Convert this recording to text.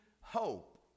hope